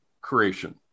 creation